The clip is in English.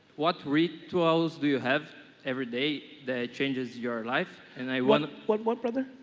what re twirls do you have every day that changes your life and i want what? what brother?